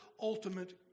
ultimate